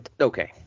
Okay